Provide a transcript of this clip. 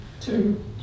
Two